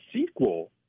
sequel